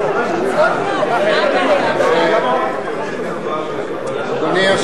שירות המדינה (מינויים)